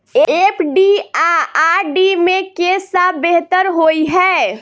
FD आ RD मे केँ सा बेहतर होइ है?